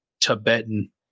Tibetan